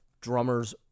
drummers